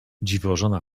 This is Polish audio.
dziwożona